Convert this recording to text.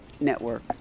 network